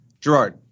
Gerard